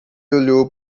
olhou